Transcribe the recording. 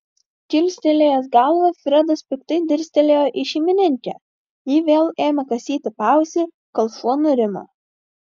kilstelėjęs galvą fredas piktai dirstelėjo į šeimininkę ji vėl ėmė kasyti paausį kol šuo nurimo